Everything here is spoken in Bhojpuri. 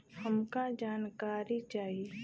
हमका जानकारी चाही?